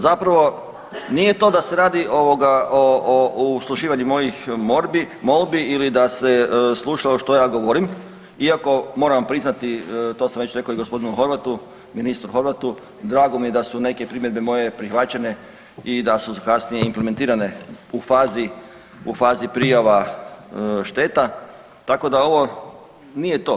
Zapravo nije to da se radi o uslušivanju mojih molbi ili da se slušalo što ja govorim, iako moram vam priznati to sam već rekao i g. Horvatu, ministru Horvatu drago mi je da su neke primjedbe moje prihvaćene i da su kasnije implementirane u fazi prijava šteta, tako da ovo nije to.